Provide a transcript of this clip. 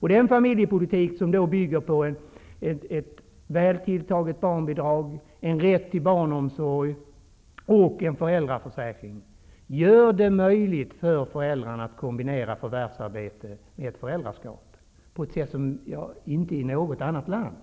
Det är en familjepolitik, som bygger på ett väl tilltaget barnbidrag, på rätt till barnomsorg och på föräldraförsäkringen och som gör det möjligt för föräldrarna att kombinera förvärvsarbete med föräldraskap på ett sätt som egentligen inte är möjligt i något annat land.